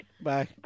Bye